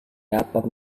dapat